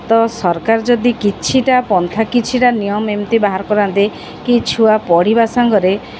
ତ ସରକାର ଯଦି କିଛିଟା ପନ୍ଥା କିଛିଟା ନିୟମ ଏମିତି ବାହାର କରନ୍ତେ କି ଛୁଆ ପଢ଼ିବା ସାଙ୍ଗରେ